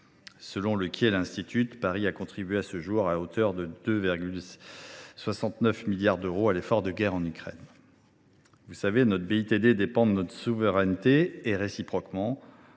Selon le Kiel Institute, Paris a contribué à ce jour à hauteur de 2,69 milliards d’euros à l’effort de guerre en Ukraine. Vous le savez, notre BITD dépend de notre souveraineté, et réciproquement.